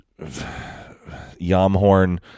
Yamhorn